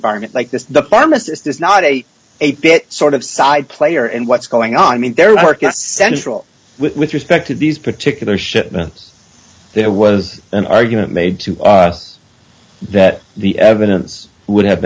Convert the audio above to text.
environment like this the pharmacist is not a eight bit sort of side player and what's going on i mean there are consentual with respect to these particular shipments there was an argument made to us that the evidence would have